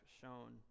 shown